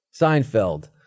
Seinfeld